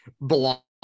block